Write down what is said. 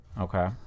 Okay